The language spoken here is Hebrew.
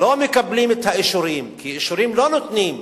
לא מקבלים את האישורים, כי אישורים לא נותנים,